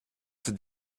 cette